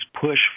push